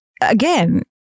again